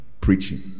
preaching